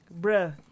Bruh